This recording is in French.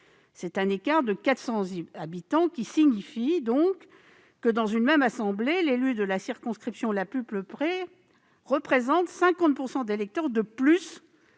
cet écart de 400 habitants signifie que, dans une même assemblée, l'élu de la circonscription la plus peuplée représente 50 % d'électeurs de plus